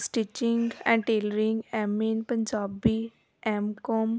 stitching and tailoring M A Punjabi M com